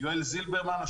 יואל זלברמן,